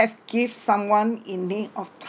give someone in need of